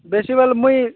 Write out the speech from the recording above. ବେଶୀ ବୋଲେ ମୁଇଁ